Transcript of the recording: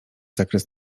zakres